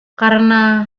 karena